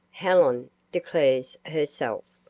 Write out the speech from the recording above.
helen declares herself.